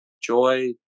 joy